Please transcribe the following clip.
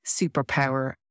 superpower